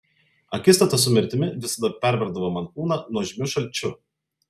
akistata su mirtimi visada perverdavo man kūną nuožmiu šalčiu